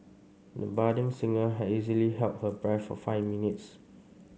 the budding singer easily held her breath for five minutes